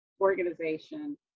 organization